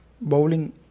bowling